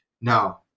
now